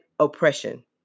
oppression